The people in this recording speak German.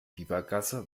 biebergasse